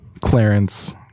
Clarence